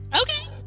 Okay